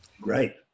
Great